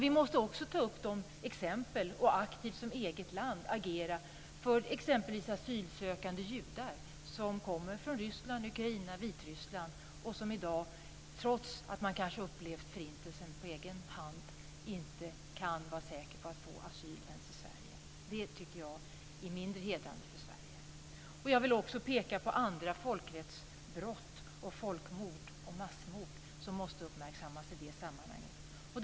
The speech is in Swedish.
Vi måste också ta upp exempel och aktivt som eget land agera för t.ex. asylsökande judar som kommer från Ryssland, Ukraina och Vitryssland och som i dag, trots att de kanske har upplevt Förintelsen själva, inte kan vara säkra på att få asyl ens i Sverige. Det tycker jag är mindre hedrande för Sverige. Jag vill också peka på andra folkrättsbrott, folkmord och massmord som måste uppmärksammas i det sammanhanget.